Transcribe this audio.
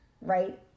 right